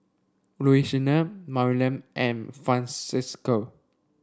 Louisiana Maryann and Francesca